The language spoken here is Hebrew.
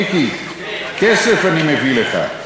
מיקי, כסף אני מביא לך.